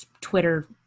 Twitter